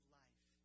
life